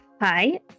hi